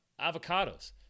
avocados